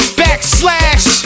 backslash